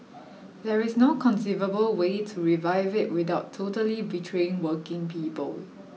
there is no conceivable way to revive it without totally betraying working people